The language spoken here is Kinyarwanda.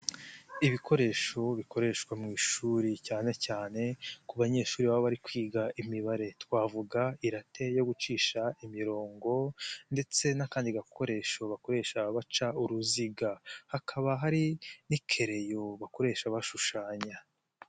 Ibikoresho bikoreshwa mu ishuri, cyane cyane ku banyeshuri baba bari kwiga imibare, twavuga irate yo gucisha imirongo ndetse n'akandi gakoresho bakoresha baca uruziga, hakaba hari n'ikereyo bakoresha bashushanya.